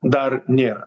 dar nėra